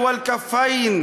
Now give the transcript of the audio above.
זרקו אותו מכל הנמלים,